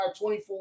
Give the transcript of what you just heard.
24